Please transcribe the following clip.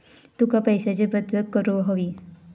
तुका पैशाची बचत करूक हवी